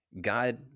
God